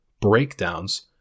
breakdowns